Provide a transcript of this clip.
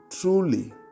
truly